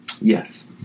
Yes